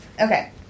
Okay